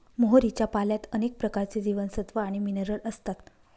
मोहरीच्या पाल्यात अनेक प्रकारचे जीवनसत्व आणि मिनरल असतात